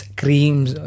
creams